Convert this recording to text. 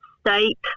state